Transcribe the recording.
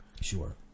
Sure